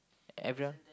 everyone